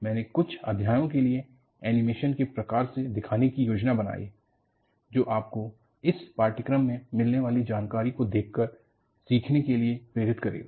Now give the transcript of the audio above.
मैंने कुछ अध्ययनों के लिए एनिमेशन के प्रकार से दिखाने की योजना बनाई है जो आपको इस पाठ्यक्रम में मिलने वाली जानकारी को देखकर सीखने के लिए प्रेरित करेगा